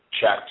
checked